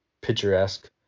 picturesque